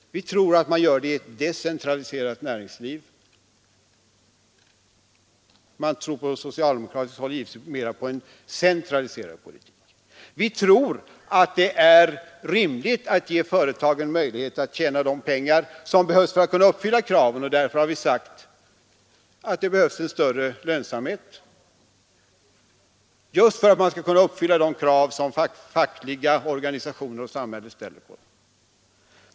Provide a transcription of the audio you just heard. Vi tror att man gör det i ett decentraliserat näringsliv. Man tror på socialdemokratiskt håll givetvis mera på en centraliserad politik. Vi tror att det är rimligt att ge företagen möjlighet att tjäna de pengar som fordras för att uppfylla kraven, och därför har vi sagt att det behövs en större lönsamhet just för att företagen skall kunna uppfylla de krav som fackliga organisationer och samhället ställer.